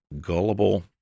gullible